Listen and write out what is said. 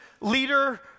leader